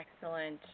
Excellent